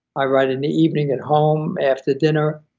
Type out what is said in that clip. i write in the evening at home after dinner,